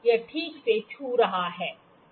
यह ठीक से छू रहा है